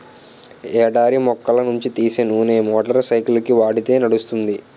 ఎడారి మొక్కల నుంచి తీసే నూనె మోటార్ సైకిల్కి వాడితే నడుస్తుంది